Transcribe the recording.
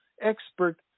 expert